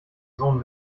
sohn